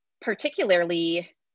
particularly